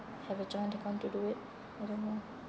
have a joint account to do it I don't know